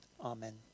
Amen